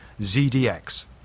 ZDX